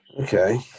Okay